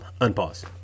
Unpause